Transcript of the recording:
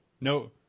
No